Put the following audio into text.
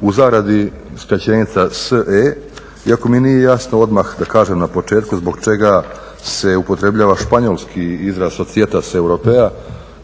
u europskom društvu (SE), iako mi nije jasno, odmah da kažem na početku zbog čega se upotrebljava španjolski izraz societas europea